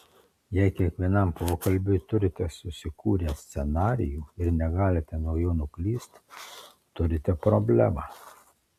jei kiekvienam pokalbiui turite susikūrę scenarijų ir negalite nuo jo nuklysti turite problemą